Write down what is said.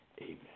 amen